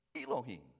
Elohim